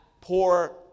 poor